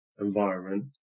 environment